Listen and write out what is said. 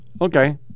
Okay